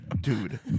dude